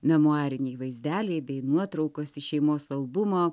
memuariniai vaizdeliai bei nuotraukos iš šeimos albumo